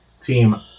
team